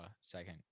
second